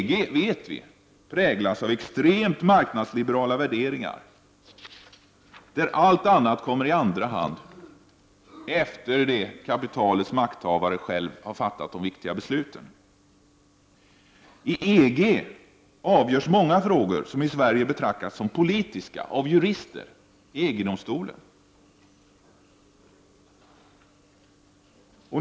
Vi vet att EG präglas av extremt marknadsliberala värderingar, där allt annat kommer i andra hand, efter det att kapitalets makthavare själva har fattat de viktiga besluten. I EG avgörs många frågor av jurister i EG-domstolen, frågor som i Sverige betraktas som politiska.